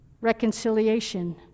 reconciliation